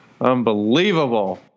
unbelievable